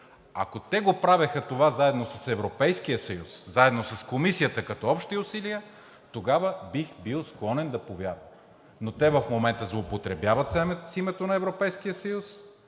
Ако те го правеха това заедно с Европейския съюз, заедно с Комисията, като общи усилия, тогава бих бил склонен да повярвам. Но те в момента злоупотребяват с името на Европейския съюз